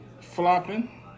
flopping